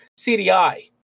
CDI